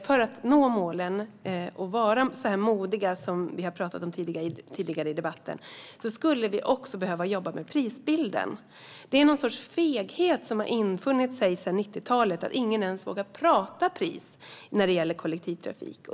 För att nå målen och vara så modiga som vi har talat om tidigare i debatten skulle vi också behöva jobba med prisbilden. Det är någon sorts feghet som har infunnit sig sedan 1990-talet som gör att ingen ens vågar prata om pris när det gäller kollektivtrafik.